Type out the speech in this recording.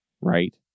right